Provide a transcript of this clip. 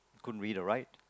couldn't read or write